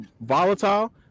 volatile